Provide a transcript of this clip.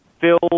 Phil